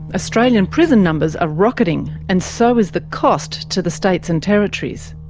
australian prison numbers are rocketing, and so is the cost to the states and territories.